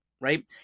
Right